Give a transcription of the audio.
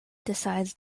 decides